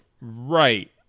right